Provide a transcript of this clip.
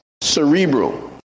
cerebral